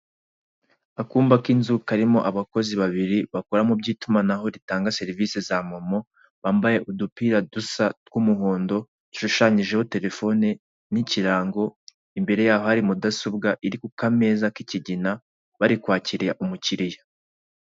Akumba k'inzu karimo abakozi babiri bakora mu by'itumanaho ritanga serivise za momo bambaye udupira dusa tw'umuhondo, ishushanyijeho telefone n'ikirango imbere yaho hari mudasobwa iri kukameza k'icyigina bari kwakira umukiriya.